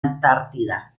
antártida